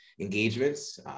engagements